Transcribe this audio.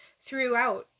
throughout